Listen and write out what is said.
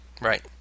Right